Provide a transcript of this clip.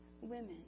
women